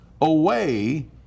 away